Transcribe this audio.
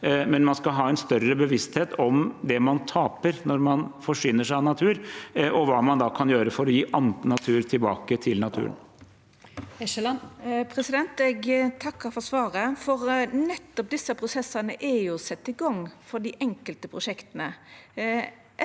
men man skal ha en større bevissthet om det man taper når man forsyner seg av natur, og hva man kan gjøre for å gi annen natur tilbake til naturen. Liv Kari Eskeland (H) Eg takkar for svar- et. Nettopp desse prosessane er sette i gang for dei enkelte prosjekta,